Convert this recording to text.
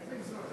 איזה איזון?